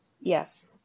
Yes